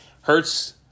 Hurts